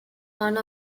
one